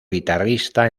guitarrista